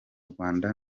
rwanda